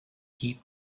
heat